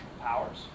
powers